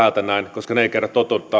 koska ne eivät kerro